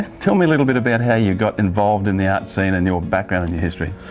tell me a little bit about how you got involved in the art scene and your background and your history?